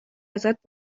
ازت